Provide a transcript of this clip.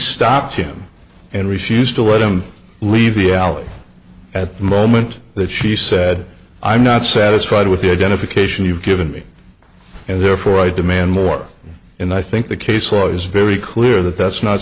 stopped him and refused to let him leave the alley at the moment that she said i'm not satisfied with the identification you've given me and therefore i demand more and i think the case law is very clear that that's not